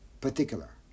particular